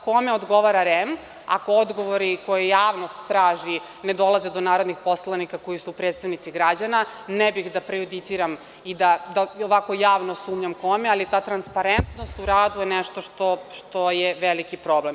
Kome odgovara REM ako odgovori koje javnost traži ne dolazi do narodnih poslanika koji su predstavnici građana, ne bih da prejudiciram i da ovako javno sumnjam kome, ali ta transparentnost u radu je nešto što je veliki problem.